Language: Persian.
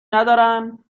ندارن